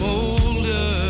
older